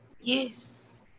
Yes